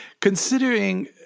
considering